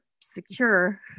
secure